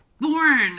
born